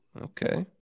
Okay